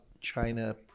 China